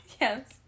Yes